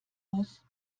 muss